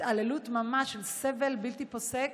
התעללות ממש, סבל בלתי פוסק,